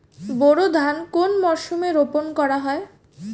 বোরো ধান কোন মরশুমে রোপণ করা হয়?